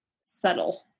subtle